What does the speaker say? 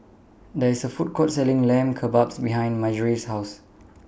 There IS A Food Court Selling Lamb Kebabs behind Marjorie's House